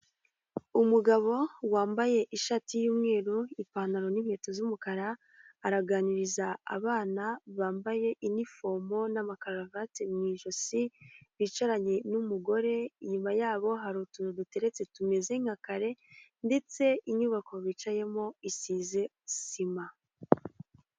Umugabo wambaye ishati yumweru ipantaro n'inkweto z'umukara araganiriza abana bambaye inifomo n'ama karuvati mu ijosi bicaranye n'umugore inyuma yabo hari utuntu duteretse tumeze nka kare ndetse inyubako bicayemo isize sima.